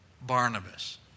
Barnabas